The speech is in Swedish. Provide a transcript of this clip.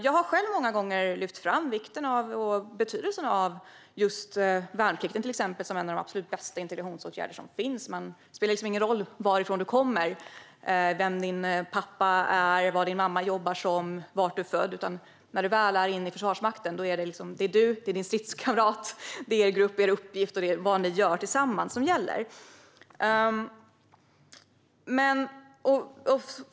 Jag har själv många gånger lyft fram vikten och betydelsen av till exempel värnplikten som en av de absolut bästa integrationsåtgärder som finns. Det spelar liksom ingen roll varifrån du kommer, vem din pappa är, vad din mamma jobbar med eller var du är född: När du väl är inne i Försvarsmakten är det du och din stridskamrat, er grupp, er uppgift och vad ni gör tillsammans som gäller.